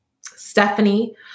Stephanie